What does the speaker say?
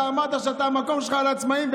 אמרת שהמקום שלך על העצמאים,